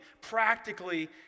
practically